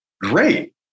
great